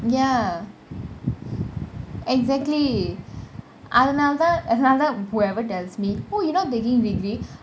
ya exactly அதுனால தான் அதுனால தான் :athunaala thaan athunaala thaan whoever tells me oh you not taking degree